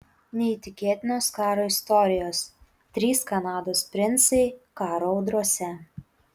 neįtikėtinos karo istorijos trys kanados princai karo audrose